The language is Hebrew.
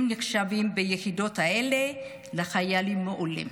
הם נחשבים ביחידות האלה לחיילים מעולים.